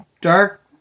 dark